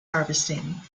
harvesting